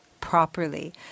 properly